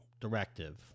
directive